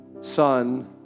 son